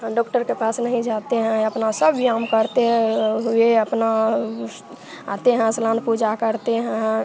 हां डॉक्टर के पास नहीं जाते हैं अपना सब व्यायाम करते हुए अपना उस आते हैं स्नान पूजा करते हैं